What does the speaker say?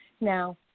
Now